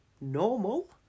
normal